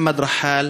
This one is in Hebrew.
מוחמד רחאל,